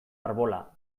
arbola